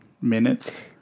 minutes